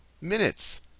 minutes